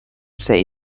say